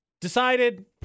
Decided